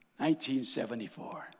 1974